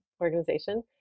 organization